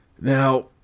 Now